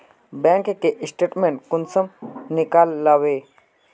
Bank के statement कुंसम नीकलावो?